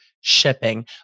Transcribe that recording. shipping